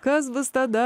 kas bus tada